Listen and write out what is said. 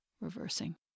reversing